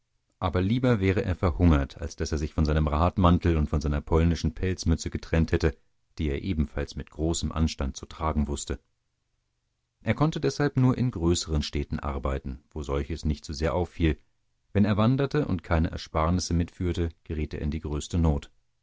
aber lieber wäre er verhungert als daß er sich von seinem radmantel und von seiner polnischen pelzmütze getrennt hätte die er ebenfalls mit großem anstand zu tragen wußte er konnte deshalb nur in größeren städten arbeiten wo solches nicht zu sehr auffiel wenn er wanderte und keine ersparnisse mitführte geriet er in die größte not